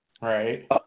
right